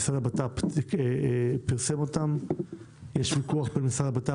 המשרד לביטחון פנים פירסם אותן ויש ויכוח בין המשרד לביטחון